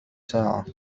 ساعة